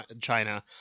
China